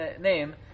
name